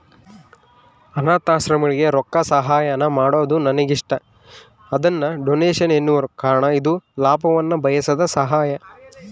ಅನಾಥಾಶ್ರಮಗಳಿಗೆ ರೊಕ್ಕಸಹಾಯಾನ ಮಾಡೊದು ನನಗಿಷ್ಟ, ಅದನ್ನ ಡೊನೇಷನ್ ಎನ್ನುವರು ಕಾರಣ ಇದು ಲಾಭವನ್ನ ಬಯಸದ ಸಹಾಯ